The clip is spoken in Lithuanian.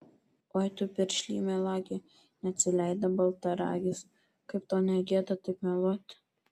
oi tu piršly melagi neatsileido baltaragis kaip tau ne gėda taip meluoti